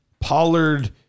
Pollard